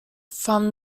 from